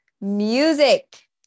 music